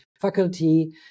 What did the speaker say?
faculty